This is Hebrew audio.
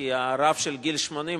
כי הרף של גיל 80,